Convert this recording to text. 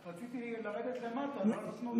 רציתי לרדת למטה ולא נתנו לי.